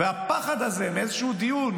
והפחד הזה מאיזשהו דיון,